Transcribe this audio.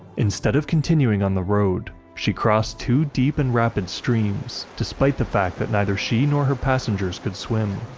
instead of continuing on the road, she crossed two deep and rapid streams, despite the fact that neither she nor her passengers could swim.